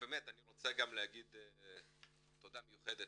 אני רוצה גם להגיד תודה מיוחדת,